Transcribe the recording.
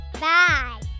Bye